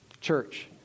Church